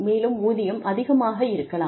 மேலும் ஊதியம் அதிகமாக இருக்கலாம்